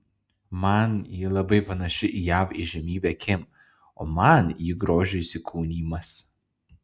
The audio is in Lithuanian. man ji labai panaši į jav įžymybę kim o man ji grožio įsikūnijimas